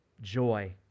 joy